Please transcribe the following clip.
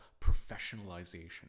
professionalization